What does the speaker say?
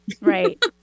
Right